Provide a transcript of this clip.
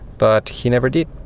but he never did.